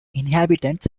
inhabitants